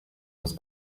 was